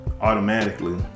automatically